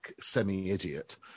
semi-idiot